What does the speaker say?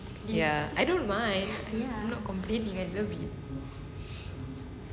ya I don't mind I'm not complaining at baby